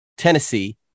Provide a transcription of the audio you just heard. Tennessee